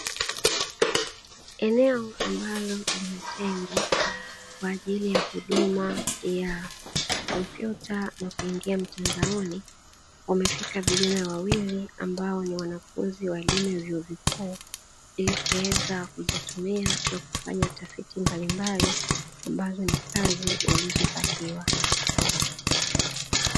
Eneo ambalo limetengwa kwa ajili ya huduma ya kompyuta na kuingia mtandaoni, wamekaa vijana wawili ambao ni wanafuzi wa elimu ya vyuo vikuu ili kuweza kuzitumia na kufanya utafiti mbalimbali ambazo ni kazi walizopatiwa.